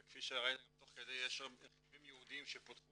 וכפי שראינו גם תוך כדי יש רכיבים ייעודיים שפותחו